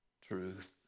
truth